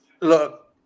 look